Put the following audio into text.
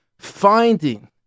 finding